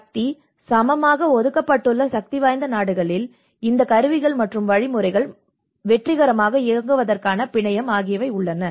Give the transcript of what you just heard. சக்தி சமமாக ஒதுக்கப்பட்டுள்ள சக்திவாய்ந்த நாடுகளில் இந்த கருவிகள் மற்றும் வழிமுறைகள் மற்றும் வெற்றிகரமாக இயங்குவதற்கான பிணையம் ஆகியவை உள்ளன